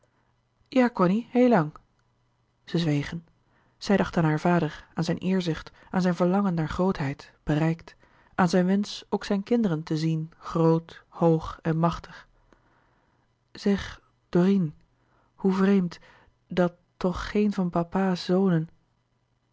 ja cony heel lang zij zwegen zij dacht aan haar vader aan zijn eerzucht aan zijn verlangen naar grootheid bereikt aan zijn wensch ook zijne kinderen te zien groot hoog en machtig zeg dorine hoe vreemd dat toch geen van papa's zonen